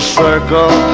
circle